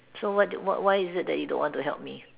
so why the why why is it that you don't want to help me